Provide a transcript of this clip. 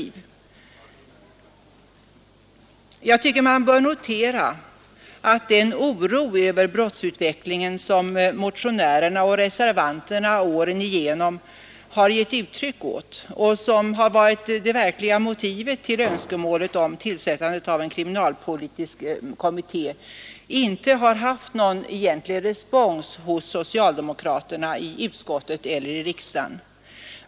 Jag tycker det bör noteras att den oro över brottsutvecklingen som motionärerna och reservanterna åren igenom har givit uttryck åt och som har varit det verkliga motivet för önskemålet om tillsättandet av en kriminalpolitisk kommitté inte har haft någon egentlig respons hos socialdemokraterna i utskottet eller i riksdagen.